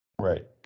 Right